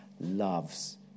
loves